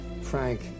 Frank